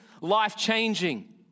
life-changing